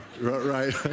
right